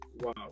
wow